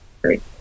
Great